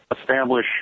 establish